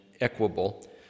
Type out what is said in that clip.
equable